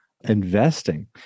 investing